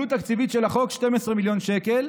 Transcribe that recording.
העלות התקציבית של החוק היא 12 מיליון שקל.